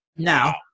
Now